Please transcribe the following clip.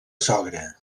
sogra